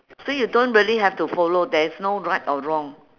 so you don't really have to follow there's no right or wrong